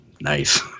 nice